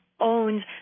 owns